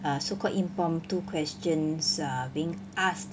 err so called impromptu questions err being asked